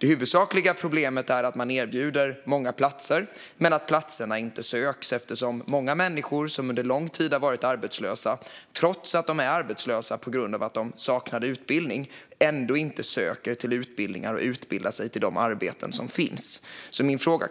Det huvudsakliga problemet är att man erbjuder många platser men att platserna inte söks eftersom många människor som under lång tid har varit arbetslösa på grund av att de saknar utbildning ändå inte söker till utbildningar och utbildar sig till de arbeten som finns. Så min fråga